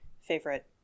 favorite